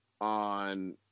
on